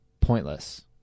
pointless